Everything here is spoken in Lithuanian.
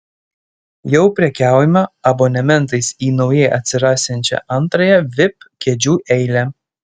jau prekiaujama abonementais į naujai atsirasiančią antrąją vip kėdžių eilę